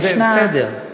זה בסדר,